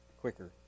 quicker